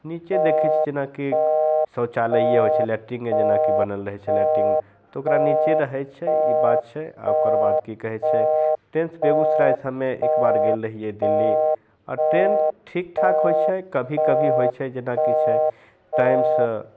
निचे देखै छिए जेनाकि शौचालये होइ छै लैटरिने जेनाकि बनल रहै छै लैटरिन तऽ ओकरा निचे रहै छै ई बात छै आओर ओकर बाद कि कहै छै ट्रेनसे बेगूसरायसे हमे एकबेर गेल रहिए दिल्ली आओर ट्रेन ठीक ठाक होइ छै कभी कभी होइ छै जेना कि छै टाइमसे